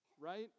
right